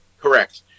Correct